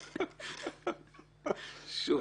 שוב,